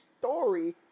story